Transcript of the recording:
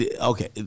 Okay